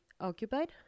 occupied